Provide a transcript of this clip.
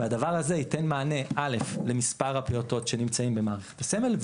והדבר הזה ייתן מענה למספר הפעוטות שנמצאים במערכת הסמל.